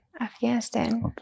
Afghanistan